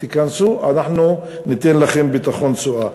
תיכנסו, אנחנו ניתן לכם ביטחון תשואה.